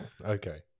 Okay